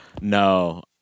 No